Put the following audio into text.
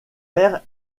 mère